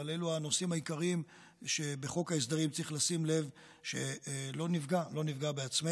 אבל אלו הנושאים העיקריים שבחוק ההסדרים צריך לשים לב שלא נפגע בעצמנו,